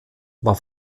war